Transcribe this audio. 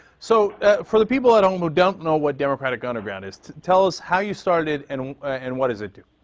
so for the people at home who don't know what democratic underground is, tell us how you started it and and what does it do?